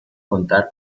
contar